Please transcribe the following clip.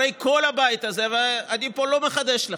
הרי כל הבית הזה, ואני פה לא מחדש לכם,